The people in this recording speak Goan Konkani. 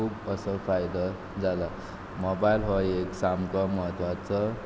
खूब असो फायदो जाला मोबायल हो एक सामको महत्वाचो